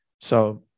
So-